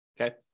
Okay